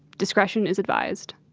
discretion is advised.